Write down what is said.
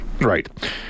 Right